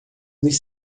dos